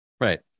Right